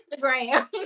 Instagram